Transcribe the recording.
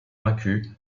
vaincus